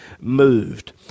moved